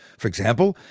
for example,